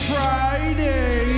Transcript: Friday